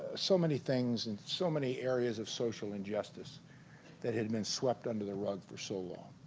so many things in so many areas of social injustice that hadn't been swept under the rug for so long